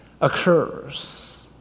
occurs